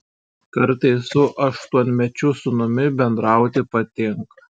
kartais su aštuonmečiu sūnumi bendrauti patinka